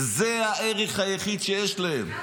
זה הערך היחיד שיש להם.